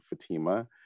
Fatima